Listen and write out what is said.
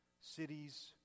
cities